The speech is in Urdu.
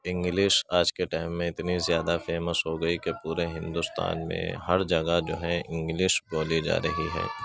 انگلش آج کے ٹائم میں اتنی زیادہ فیمس ہوگئی کہ پورے ہندوستان میں ہر جگہ جو ہے انگلش بولی جا رہی ہے